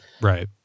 right